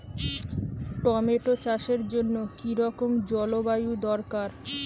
Tomato চাষের জন্য কি রকম জলবায়ু দরকার?